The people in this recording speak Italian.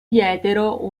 diedero